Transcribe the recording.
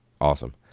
Awesome